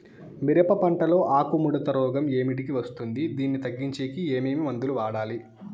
మిరప పంట లో ఆకు ముడత రోగం ఏమిటికి వస్తుంది, దీన్ని తగ్గించేకి ఏమి మందులు వాడాలి?